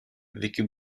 vécu